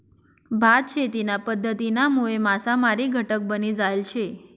भात शेतीना पध्दतीनामुळे मासामारी घटक बनी जायल शे